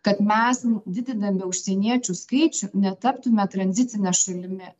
kad mes didindami užsieniečių skaičių netaptume tranzitine šalimi